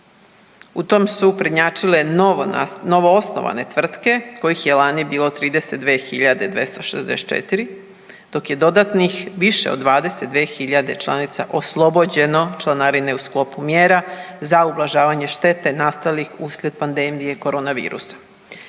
U tom su prednjačile novoosnovane tvrtke kojih je lani bilo 32 hiljade 264, dok je dodatnih više od 22 hiljade članica oslobođeno članarine u sklopu mjera za ublažavanje štete nastalih uslijed pandemije korona virusa.